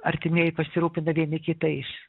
artimieji pasirūpina vieni kitais